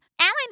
Alan